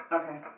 Okay